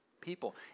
people